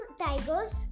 tigers